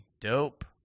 dope